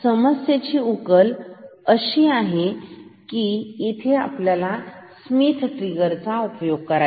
समस्येची उकल अशी आहे की आपण येथे स्मिथ ट्रिगर चा उपयोग करावा